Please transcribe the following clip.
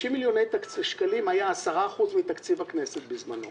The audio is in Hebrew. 50 מיוני שקלים היו 10% מתקציב הכסף בזמנו.